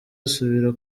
asubira